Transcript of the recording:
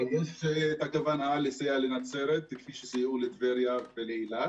אבל יש כוונה לסייע לנצרת כפי שסייעו לטבריה ולאילת,